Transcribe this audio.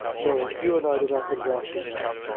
no hugh and i do not hit it off together.